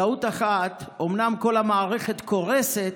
טעות אחת, אומנם כל המערכת קורסת